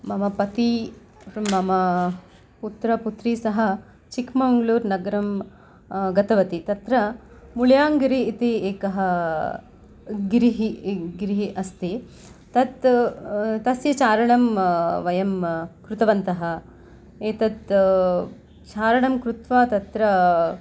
मम पतिः मम पुत्रः पुत्री सह चिक्मंगलूरु नगरं गतवती तत्र मुळ्याङ्गिरी इति एकः गिरिः गिरिः अस्ति तत् तस्य चारणं वयं कृतवन्तः एतत् चारणं कृत्वा तत्र